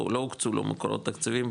לא הוקצו לו מקורות תקציביים,